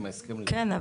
כן,